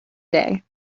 day